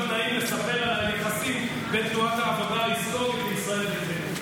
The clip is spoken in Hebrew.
בעיקר לא נעים לספר על היחסים בין תורה והעבודה ההיסטורית לישראל ביתנו.